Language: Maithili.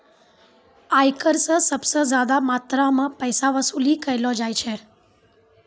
आयकर स सबस ज्यादा मात्रा म पैसा वसूली कयलो जाय छै